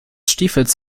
stiefels